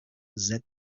said